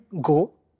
go